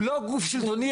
הוא לא גוף שלטוני,